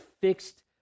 fixed